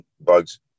bugs